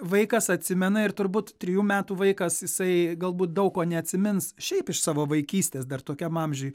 vaikas atsimena ir turbūt trijų metų vaikas jisai galbūt daug ko neatsimins šiaip iš savo vaikystės dar tokiam amžiui